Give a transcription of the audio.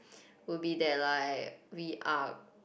will be that like we are